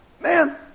Man